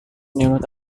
named